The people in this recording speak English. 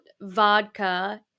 vodka